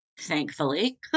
thankfully